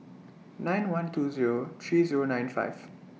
nine one two Zero three Zero nine five